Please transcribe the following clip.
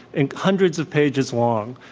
and hundreds of pages long,